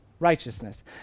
Righteousness